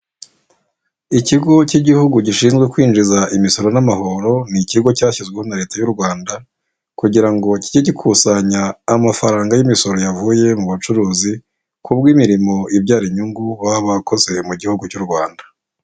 Ikigo cy'igihugu gishinzwe kwinjiza imisoro n'amahoro, ni kigo cyashyizweho na leta y'u Rwanda kugira ngo kijye gikusanya amafaranga y'imisoro yavuye mu bucuruzi, kubwi mirimo ibyara inyungu baba bakoze mu gihugu cy'u Rwanda.